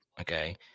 Okay